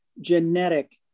genetic